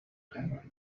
قرار